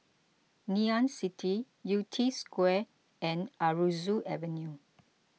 Ngee Ann City Yew Tee Square and Aroozoo Avenue